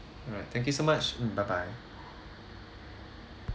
alright thank you so much mm bye bye